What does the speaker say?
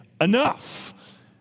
enough